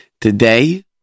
Today